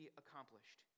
accomplished